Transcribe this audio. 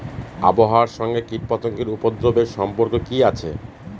আবহাওয়ার সঙ্গে কীটপতঙ্গের উপদ্রব এর সম্পর্ক কি আছে?